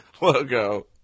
logo